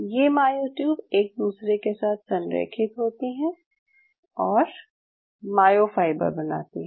ये मायोट्यूब एक दूसरे के साथ संरेखित होती हैं और मायोफाइबर बनाती हैं